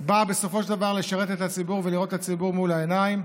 בא בסופו של דבר לשרת את הציבור ולראות את הציבור מול העיניים.